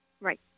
Right